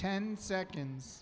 ten seconds